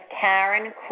Karen